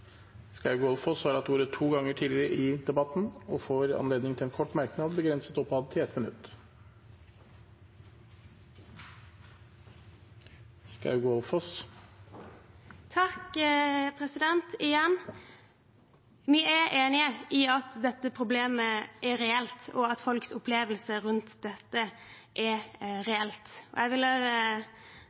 har hatt ordet to ganger tidligere i debatten og får ordet til en kort merknad, begrenset til 1 minutt. Igjen vil jeg si at vi er enig i at dette problemet er reelt, og at folks opplevelse rundt det er reell. Jeg